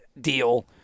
deal